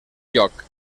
lloc